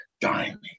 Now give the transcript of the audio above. dining